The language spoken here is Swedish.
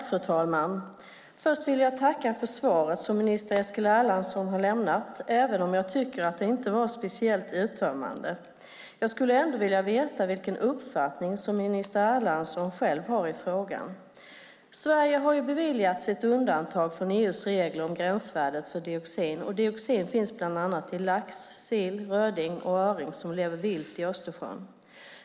Fru talman! Först vill jag tacka för det svar som minister Eskil Erlandsson har lämnat, även om jag tycker att inte var speciellt uttömmande. Jag skulle vilja veta vilken uppfattning minister Erlandsson själv har i frågan. Sverige har ju beviljats ett undantag från EU:s regler om gränsvärdet för dioxin. Dioxin finns bland annat i lax, sill, röding och öring som lever vilt i Östersjön.